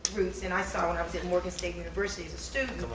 roots and i saw and i was at morgan state university as a student.